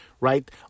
right